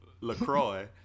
LaCroix